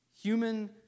Human